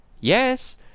yes